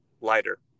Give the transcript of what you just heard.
lighter